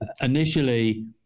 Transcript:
initially